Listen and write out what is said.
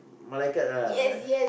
malaikat ah